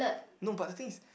no but the thing is